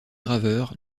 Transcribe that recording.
graveur